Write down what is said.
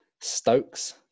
Stokes